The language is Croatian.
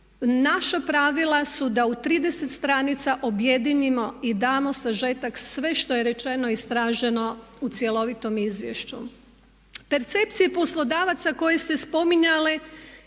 Naša pravila su da u 30 stranica objedinimo i damo sažetak sve što je rečeno, istraženo u cjelovitom izvješću. Percepcije poslodavaca koje ste spominjale